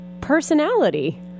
personality